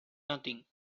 nothing